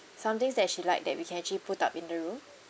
somethings that she like that we can actually put up in the room